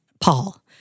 Paul